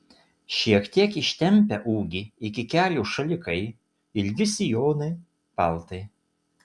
šiek tiek ištempia ūgį iki kelių šalikai ilgi sijonai paltai